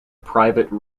private